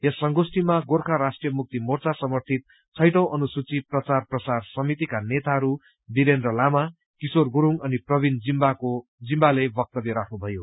यस संगोष्ठीमा गोर्खा राष्ट्रीय मुक्ति मोर्चा समर्थित छैटौं अनुसूची प्रचार प्रसार समितिका नेताहरू बिरेन्द्र लामा किशोर गुरुङ अनि प्रविण जिम्बाले वक्तव्य राख्नुभयो